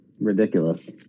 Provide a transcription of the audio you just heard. ridiculous